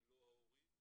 ולא ההורים.